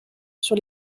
sur